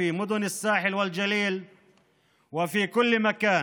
בערי החוף והגליל ובכל מקום.